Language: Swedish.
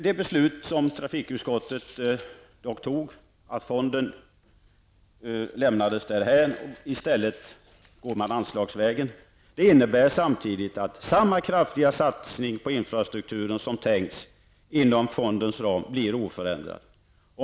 Det beslut som trafikutskottet fattade, nämligen att fonden lämnades därhän och att man i stället går anslagsvägen, innebär att den kraftiga satsning på infrastrukturen som tänkts inom fondens ram blir oförändrad.